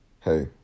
Hey